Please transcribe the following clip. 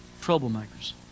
troublemakers